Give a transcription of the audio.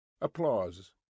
Applause